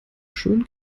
schön